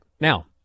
Now